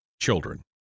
children